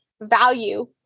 value